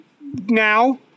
now